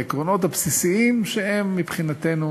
העקרונות הבסיסיים שעליהם מבחינתנו